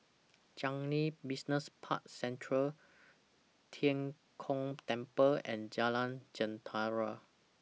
Changi Business Park Central Tian Kong Temple and Jalan Jentera